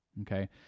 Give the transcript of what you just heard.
Okay